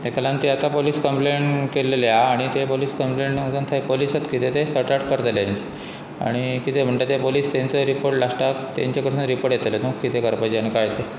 ताका लागून ती आतां पोलीस कंप्लेन केल्ले आसा आनी ते पोलीस कंप्लेट व थयं पोलीसच कितें ते सोर्ट आट करतले तांचे आनी कितें म्हणटा ते पोलीस तांचो रिपोर्ट लास्टाक तांचे कडसून रिपोर्ट येतलें तूं कितें करपाचें आनी कांय तें